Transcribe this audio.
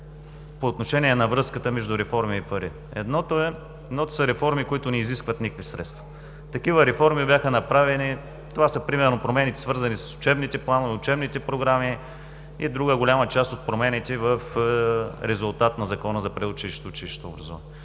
по отношение на връзката между реформи и пари. Едните са реформи, които не изискват никакви средства. Такива реформи бяха направени. Това са, примерно, промените, свързани с учебните планове, учебните програми и друга голяма част от промените в резултат на Закона за предучилищното и училищното образование.